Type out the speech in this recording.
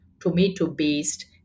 tomato-based